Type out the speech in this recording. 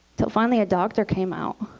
until finally a doctor came out.